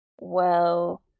Well—